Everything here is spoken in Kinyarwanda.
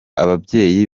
ababyeyi